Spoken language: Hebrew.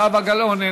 זהבה גלאון,